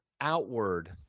outward—